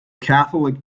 catholic